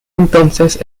entonces